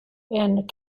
and